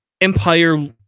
empire